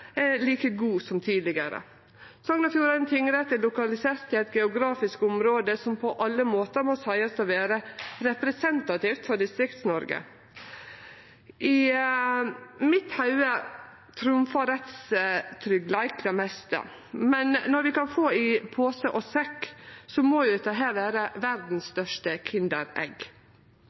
er like god som tidlegare. Sogn og Fjordane tingrett er lokalisert i eit geografisk område som på alle måtar må seiast å vere representativt for Distrikts-Noreg. I mitt hovud trumfar rettsstryggleik det meste. Når vi kan få i pose og sekk, må jo dette vere verdas største kinderegg.